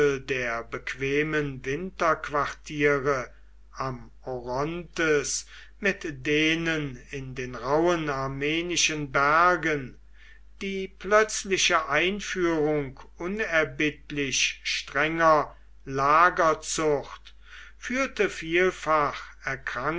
der bequemen winterquartiere am orontes mit denen in den rauben armenischen bergen die plötzliche einführung unerbittlich strenger lagerzucht führte vielfach